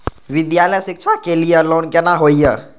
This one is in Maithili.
विद्यालय शिक्षा के लिय लोन केना होय ये?